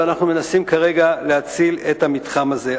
ואנחנו מנסים כרגע להציל את המתחם הזה.